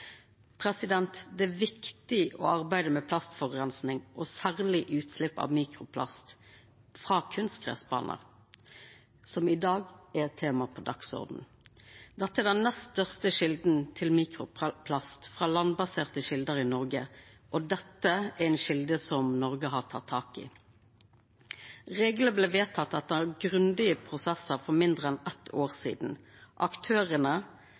Det er viktig å arbeida med plastforureining, og særleg utslepp av mikroplast frå kunstgrasbanar, som i dag er temaet på dagsordenen. Dette er den nest største kjelda til mikroplast frå landbaserte kjelder i Noreg, og dette er ei kjelde som Noreg har teke tak i. Reglane blei vedtekne etter grundige prosessar for mindre enn eitt år sidan. Aktørane